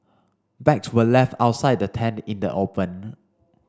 bags were left outside the tent in the open